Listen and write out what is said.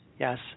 Yes